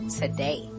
today